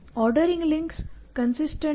ordering links consistent હોવી જોઈએ